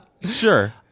Sure